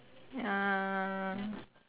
ah